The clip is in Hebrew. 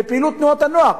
בפעילות תנועות הנוער.